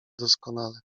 doskonale